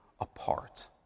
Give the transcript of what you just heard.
apart